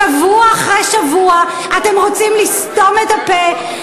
שבוע אחרי שבוע אתם רוצים לסתום את הפה,